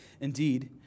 Indeed